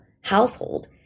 household